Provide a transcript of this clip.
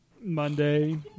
Monday